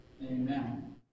Amen